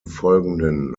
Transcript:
folgenden